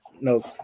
No